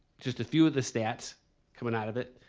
just a few of the stats coming out of it.